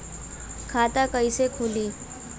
खाता कईसे खुली?